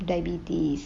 diabetes